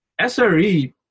SRE